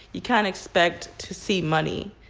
you can't expect to see money.